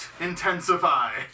intensify